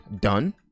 done